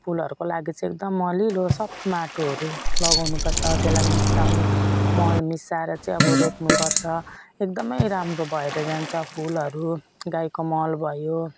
फुलहरूको लागि चाहिँ एकदम मलिलो सफ्ट माटोहरू लगाउनु पर्छ त्यसलाई मिसाउनु मल मिसाएर चाहिँ अब रोप्नु पर्छ एकदम राम्रो भएर जान्छ फुलहरू गाईको मल भयो